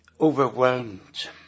overwhelmed